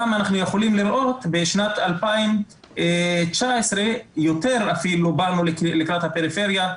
אנחנו יכולים לראות שבשנת 2019 יותר אפילו באנו לקראת הפריפריה,